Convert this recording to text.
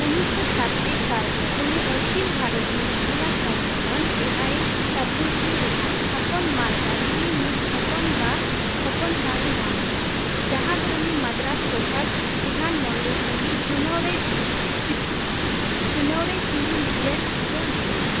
ᱩᱱᱤᱥᱥᱚ ᱪᱷᱟᱵᱤᱥ ᱥᱟᱞᱨᱮ ᱩᱱᱤ ᱚᱠᱷᱤᱞ ᱵᱷᱟᱨᱚᱛᱤᱭᱚ ᱢᱚᱦᱤᱞᱟ ᱥᱚᱢᱮᱞᱞᱚᱱ ᱮ ᱟᱭ ᱰᱟᱵᱞᱤᱭᱩ ᱥᱤ ᱨᱮᱱᱟᱜ ᱛᱷᱟᱯᱚᱱ ᱢᱟᱨᱜᱟᱴ ᱤ ᱢᱤᱫ ᱦᱚᱯᱚᱱᱵᱟ ᱦᱚᱯᱚᱱ ᱥᱟᱶ ᱮ ᱧᱟᱯᱟᱢᱞᱮᱱᱟ ᱡᱟᱦᱟᱸ ᱫᱚ ᱩᱱᱤ ᱢᱟᱫᱨᱟᱥ ᱴᱚᱴᱷᱟ ᱵᱤᱫᱷᱟᱱ ᱢᱚᱱᱰᱚᱞ ᱞᱟᱹᱜᱤᱫ ᱪᱩᱱᱟᱹᱣ ᱨᱮ ᱪᱩᱱᱟᱹᱣ ᱨᱮ ᱛᱤᱸᱜᱩᱱ ᱞᱟᱜᱤᱫ ᱮ ᱩᱥᱠᱟᱹᱣ ᱞᱮᱫᱮᱭᱟᱭ